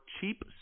cheap